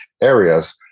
areas